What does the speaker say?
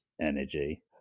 energy